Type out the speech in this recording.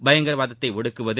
பயங்கரவாதத்தை ஒடுக்குவது